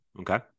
Okay